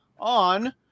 on